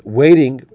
waiting